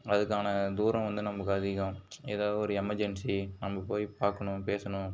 அதுக்கான தூரம் வந்து நமக்கு அதிகம் ஏதோ ஒரு எமர்ஜென்சி நம்ம போயி பார்க்கணும் பேசணும்